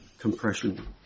Compression